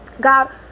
God